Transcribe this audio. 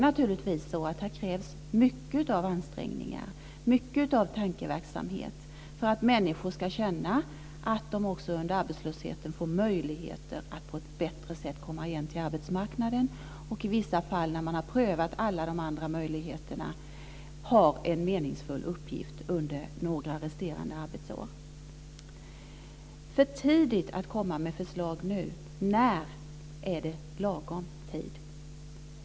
Naturligtvis krävs det mycket av ansträngningar och tankeverksamhet för att människor ska känna att de också under arbetslösheten får möjligheter att på ett bättre sätt komma igen till arbetsmarknaden och i vissa fall, när man har prövat alla de andra möjligheterna, har en meningsfull uppgift under några resterande arbetsår. Det är för tidigt att komma med förslag nu, säger näringsministern. När är det rätt tid?